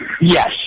Yes